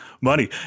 money